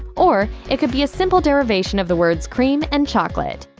or it could be a simple derivation of the words, cream and chocolate.